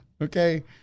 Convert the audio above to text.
Okay